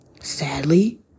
sadly